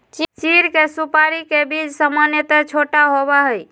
चीड़ के सुपाड़ी के बीज सामन्यतः छोटा होबा हई